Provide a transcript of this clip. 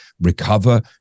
recover